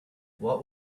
what